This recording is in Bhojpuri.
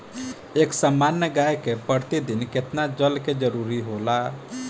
एक सामान्य गाय को प्रतिदिन कितना जल के जरुरत होला?